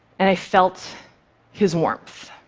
and i felt his warmth.